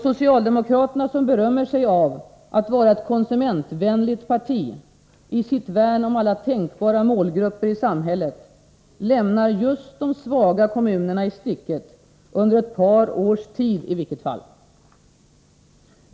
Socialdemokraterna, som berömmer sig av att vara ett konsumentvänligt parti i sitt värn om alla tänkbara målgrupper i samhället, lämnar just de svaga kommunerna i sticket, under ett par års tid i varje fall.